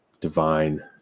divine